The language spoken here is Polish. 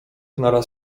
naraz